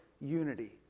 unity